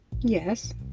yes